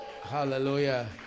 Hallelujah